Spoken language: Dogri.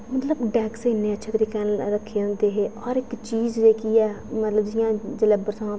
मतलब डैक्स इन्ने अच्छे तरीके कन्नै रक्खे दे होंदे हे हर इक चीज जेह्की ऐ मतलब जि'यां जेल्लै बरसांत होंदी